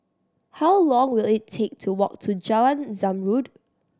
how long will it take to walk to Jalan Zamrud